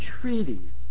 treaties